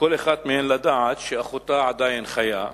כל אחת מהן אפילו לדעת שאחותה עדיין חיה,